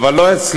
אבל לא אצלנו.